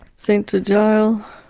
sent to jail.